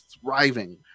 thriving